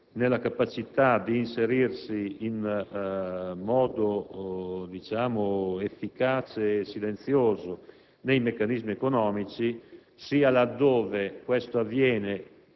nella capacità di inserirsi in modo efficace e silenzioso nei meccanismi economici, sia laddove ciò avviene